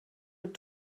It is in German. mit